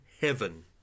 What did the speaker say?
Heaven